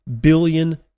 billion